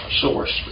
source